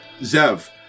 Zev